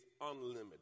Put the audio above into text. unlimited